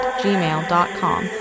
gmail.com